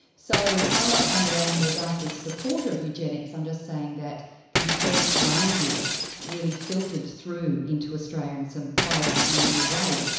so i'm not saying that eleanor dark was supportive of eugenics, i'm just saying that the eugenics language really filtered through into australia in some quite unusual ways.